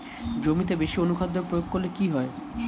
জমিতে বেশি অনুখাদ্য প্রয়োগ করলে কি হয়?